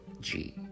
-G